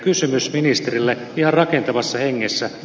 kysymys ministerille ihan rakentavassa hengessä